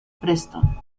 preston